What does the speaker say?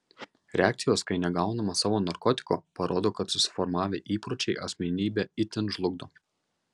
reakcijos kai negaunama savo narkotiko parodo kad susiformavę įpročiai asmenybę itin žlugdo